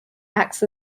acts